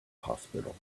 hospital